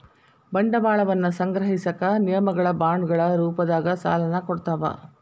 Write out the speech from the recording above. ಬಂಡವಾಳವನ್ನ ಸಂಗ್ರಹಿಸಕ ನಿಗಮಗಳ ಬಾಂಡ್ಗಳ ರೂಪದಾಗ ಸಾಲನ ಕೊಡ್ತಾವ